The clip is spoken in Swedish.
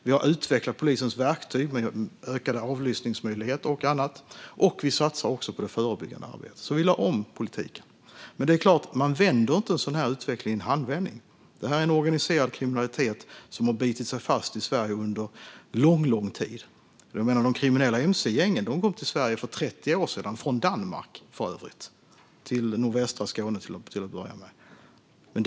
Vi har utvecklat polisens verktyg med ökade avlyssningsmöjligheter och annat. Vi satsar också på det förebyggande arbetet. Vi har alltså lagt om politiken. Men det är klart att man inte vänder en sådan här utveckling i en handvändning. Det här är en organiserad kriminalitet som har bitit sig fast i Sverige under lång tid. De kriminella mc-gängen kom till Sverige för 30 år sedan - från Danmark, för övrigt, till att börja med till nordvästra Skåne.